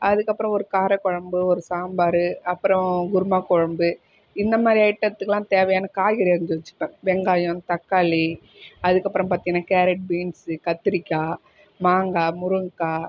அதுக்கு அப்புறம் ஒரு காரக் குழம்பு ஒரு சாம்பார் அப்புறம் குருமா குழம்பு இந்தமாதிரி ஐட்டத்துக்குலாம் தேவையான காய்கறி அரிஞ்சி வச்சுப்பேன் வெங்காயம் தக்காளி அதுக்கு அப்புறம் பார்த்தீங்கன்னா கேரட் பீன்ஸு கத்திரிக்காய் மாங்காய் முருங்கக்காய்